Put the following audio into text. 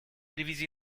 divisi